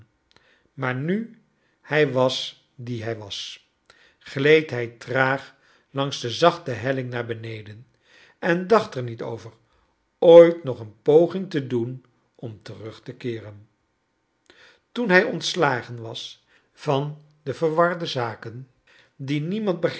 maar nu hij was die hij was gieed hij traag langs de zacbte helling naar beneden en dacht er niet over ooit nog een poging te doen om terug te keeren toen hij ontslagen was van de verwarde zaken die niemand